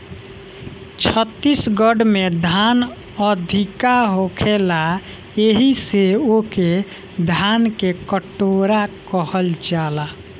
छत्तीसगढ़ में धान अधिका होखेला एही से ओके धान के कटोरा कहल जाला